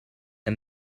and